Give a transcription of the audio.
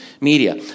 media